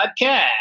Podcast